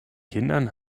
kindern